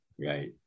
right